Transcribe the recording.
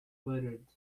buttered